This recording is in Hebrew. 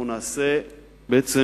ובעצם נעשה פוליטיזציה